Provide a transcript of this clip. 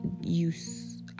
use